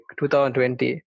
2020